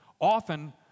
often